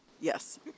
Yes